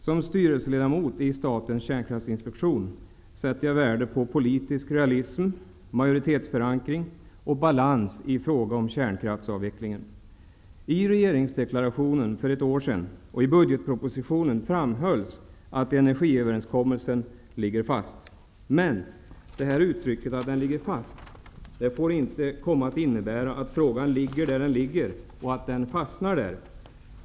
Som styrelseledamot i Kärnkraftsinspektionen sätter jag värde på politisk realism, majoritetsförankring och balans i fråga om kärnkraftsavvecklingen. I regeringsdeklarationen för ett år sedan, och i budgetpropositionen, framhölls att energiöverenskommelsen ligger fast. Men detta uttryck -- att den ligger fast -- får inte komma att innebära att frågan ligger där den ligger, och att den fastnar där.